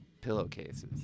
pillowcases